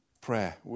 Prayer